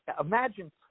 imagine